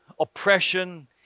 oppression